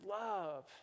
love